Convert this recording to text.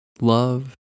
Love